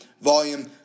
volume